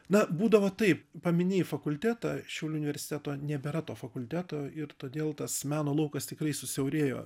na būdavo taip paminėjai fakultetą šiaulių universiteto nebėra to fakulteto ir todėl tas meno laukas tikrai susiaurėjo